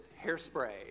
hairspray